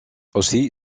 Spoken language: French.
aussi